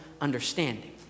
understanding